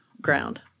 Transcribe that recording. ground